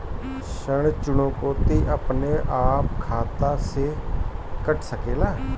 ऋण चुकौती अपने आप खाता से कट सकेला?